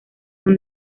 con